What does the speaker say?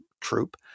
troop